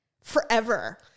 forever